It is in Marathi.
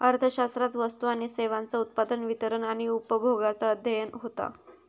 अर्थशास्त्रात वस्तू आणि सेवांचा उत्पादन, वितरण आणि उपभोगाचा अध्ययन होता